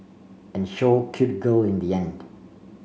and show cute girl in the end